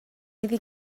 iddi